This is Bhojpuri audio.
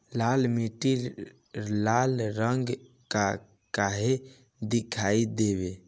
लाल मीट्टी लाल रंग का क्यो दीखाई देबे?